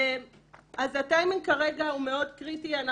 אז הטיימינג כרגע הוא מאוד קריטי.